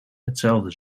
hetzelfde